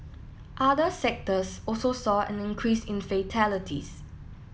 other sectors also saw an increase in fatalities